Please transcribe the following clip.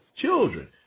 children